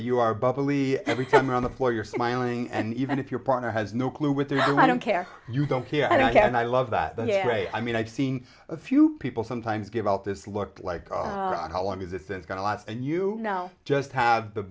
you are bubbly every time on the floor you're smiling and even if your partner has no clue what they're i don't care you don't care i don't care and i love that they i mean i've seen a few people sometimes give out this look like how long is this going to last and you know just have the